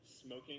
Smoking